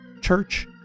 church